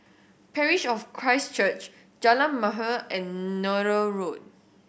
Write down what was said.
Parish of Christ Church Jalan Mahir and Nallur Road